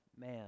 man